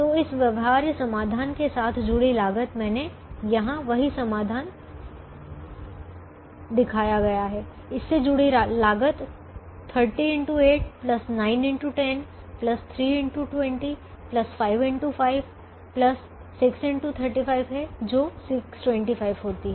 तो इस व्यवहार्य समाधान के साथ जुड़ी लागत का मैंने यहाँ वही समाधान दिखाया है इससे जुड़ी लागत 30 x 8 9 x 10 3 x 20 5 x 5 6 x 35 है जो 625 होती है